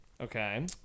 Okay